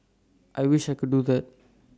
I wish I could do that